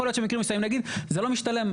יכול להיות שמקרים מסוימים נגיד זה לא משתלם.